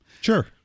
Sure